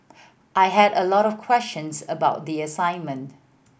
I had a lot of questions about the assignment